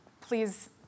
please